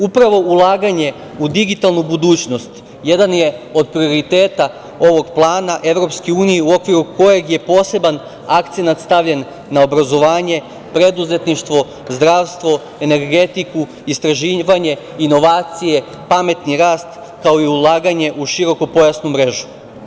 Upravo ulaganje u digitalnu budućnost jedan je od prioriteta ovog plana Evropske unije u okviru kojeg je poseban akcenat stavljen na obrazovanje, preduzetništvo, zdravstvo, energetiku, istraživanje, inovacije, pametni rast, kao i ulaganje u širokopojasnu mrežu.